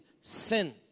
sin